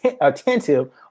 attentive